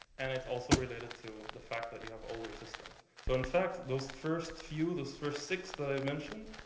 and it's also related to the fact that you have older systems. so in fact, those first few those first six that i've mentioned,